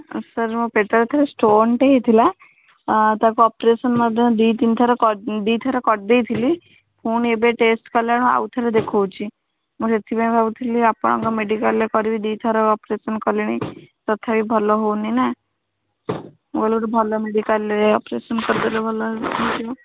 ଆଉ ସାର୍ ମୋ ପେଟରେ ଥରେ ଷ୍ଟୋନ୍ଟେ ହୋଇଥିଲା ତାକୁ ଅପରେସନ୍ ମଧ୍ୟ ଦୁଇ ତିନି ଥର ଦୁଇ ଥର କରିଦେଇଥିଲି ପୁଣି ଏବେ ଟେଷ୍ଟ୍ କଲାବେଳକୁ ଆଉ ଥରେ ଦେଖାଉଛି ମୁଁ ସେଥିପାଇଁ ଭାବୁଥିଲି ଆପଣଙ୍କ ମେଡ଼ିକାଲ୍ରେ କରିବି ଦୁଇ ଥର ଅପରେସନ୍ କଲିଣି ତଥାପି ଭଲ ହେଉନି ନା ମୁଁ କହିଲି ଭଲ ମେଡ଼ିକାଲ୍ରେ ଅପରେସନ୍ କରିଦେଲେ ଭଲ ହୋଇଯିବ